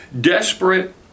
Desperate